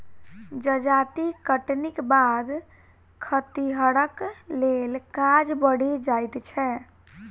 जजाति कटनीक बाद खतिहरक लेल काज बढ़ि जाइत छै